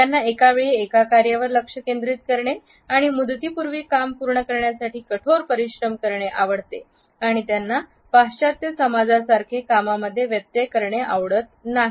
त्यांना एका वेळी एका कार्यावर लक्ष केंद्रित करणे आणि मुदती पूर्वी काम पूर्ण करण्यासाठी कठोर परिश्रम करणे आवडते आणि त्यांना पाश्चात्य समाजासारखे कामामध्ये व्यत्यय करणे आवडत नाही